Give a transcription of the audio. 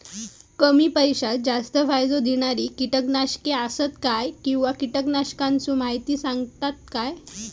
कमी पैशात जास्त फायदो दिणारी किटकनाशके आसत काय किंवा कीटकनाशकाचो माहिती सांगतात काय?